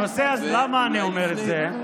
אז למה אני אומר את זה?